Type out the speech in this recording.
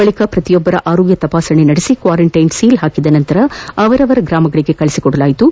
ಬಳಕ ಪ್ರತಿಯೊಬ್ಬರ ಆರೋಗ್ಯ ತಪಾಸಣೆ ಮಾಡಿ ಕ್ವಾರಂಟೈನ್ ಸೀಲ್ ಹಾಕಿದ ನಂತರ ಅವರವರ ಸ್ತಗ್ರಾಮಗಳಿಗೆ ಕಳುಹಿಸಿಕೊಡಲಾಯಿತು